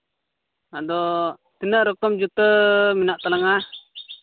ᱟᱫᱚ ᱛᱤᱱᱟᱹᱜ ᱨᱚᱠᱚᱢ ᱡᱩᱛᱟᱹ ᱢᱮᱱᱟᱜ ᱛᱟᱞᱟᱝᱟ